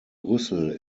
rüssel